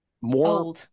more